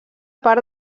part